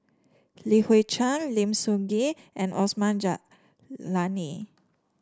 Li Hui Cheng Lim Sun Gee and Osman Zailani